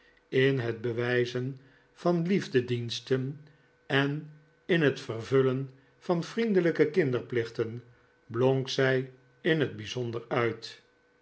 in het bewijzen van liefdediensten en in het vervullen van vriendelijke kinderplichten blonk zij in het bijzonder uit